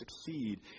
succeed